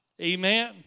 Amen